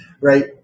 right